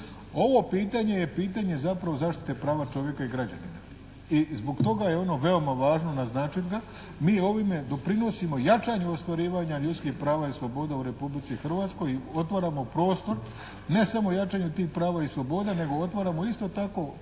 je pitanje zapravo zaštite prava čovjeka i građanina i zbog toga je ono veoma važno naznačit ga. Mi ovime doprinosimo jačanju ostvarivanja ljudskih prava i sloboda u Republici Hrvatskoj i otvaramo prostor ne samo jačanju tih prava i sloboda nego otvaramo isto tako